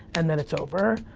and then, it's over.